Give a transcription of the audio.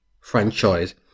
franchise